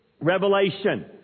revelation